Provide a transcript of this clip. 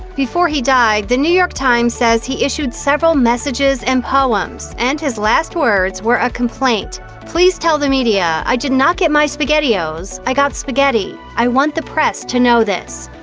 before he died, the new york times says he issued several messages and poems and his last words were a complaint please tell the media, i did not get my spaghettios, i got spaghetti. i want the press to know this.